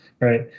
right